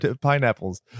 pineapples